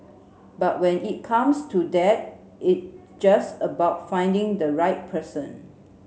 but when it comes to that it just about finding the right person